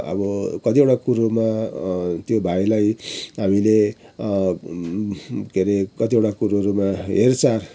अब कतिवटा कुरोमा त्यो भाइलाई हामीले के अरे कतिवटा कुरोहरूमा हेरचाह